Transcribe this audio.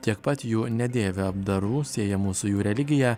tiek pat jų nedėvi apdarų siejamų su jų religija